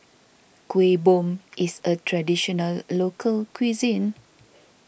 Kueh Bom is a Traditional Local Cuisine